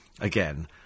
again